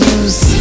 use